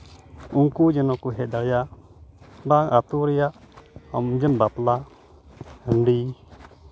ᱩᱱᱠᱩ ᱡᱮᱱᱚ ᱠᱚ ᱦᱮᱡ ᱫᱟᱲᱮᱭᱟᱜ ᱵᱟ ᱟᱹᱛᱩ ᱨᱮᱭᱟᱜ ᱟᱢ ᱜᱮᱢ ᱵᱟᱯᱞᱟ ᱦᱟᱺᱰᱤ